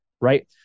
right